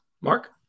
Mark